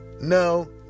No